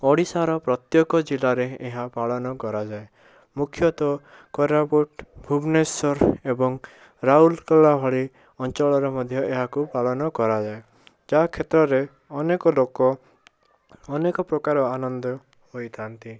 ଓଡ଼ିଶାର ପ୍ରତ୍ୟେକ ଜିଲ୍ଲାରେ ଏହା ପାଳନ କରାଯାଏ ମୁଖ୍ୟତଃ କୋରାପୁଟ ଭୁବନେଶ୍ୱର ଏବଂ ରାଉରକେଲା ଭଳି ଅଞ୍ଚଳରେ ମଧ୍ୟ ଏହାକୁ ପାଳନ କରାଯାଏ ଯାହା କ୍ଷେତ୍ରରେ ଅନେକ ଲୋକ ଅନେକ ପ୍ରକାର ଆନନ୍ଦ ହୋଇଥାନ୍ତି